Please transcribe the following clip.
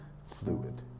fluid